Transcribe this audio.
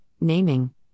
naming